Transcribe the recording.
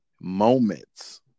moments